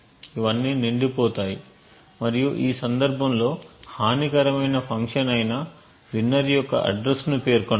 ఇవన్నీ నిండిపోతాయి మరియు ఈ సందర్భంలో హానికరమైన ఫంక్షన్ ఐన winner యొక్క అడ్రస్ ను పేర్కొనాలి